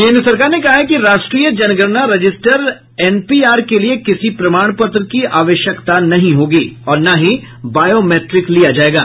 केन्द्र सरकार ने कहा है कि राष्ट्रीय जनगणना रजिस्टर एन पी आर के लिए किसी प्रमाणपत्र की आवश्यकता नहीं होगी और न ही बायोमैट्रिक लिया जाएगा